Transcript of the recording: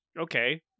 okay